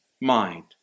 mind